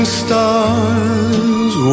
stars